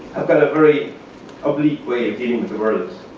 have got a very oblique way of getting into the world.